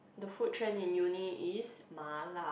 the food trend in uni is ma-la